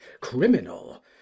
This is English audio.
criminal